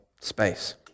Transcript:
space